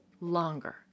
longer